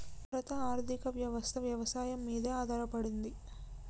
భారత ఆర్థికవ్యవస్ఠ వ్యవసాయం మీదే ఆధారపడింది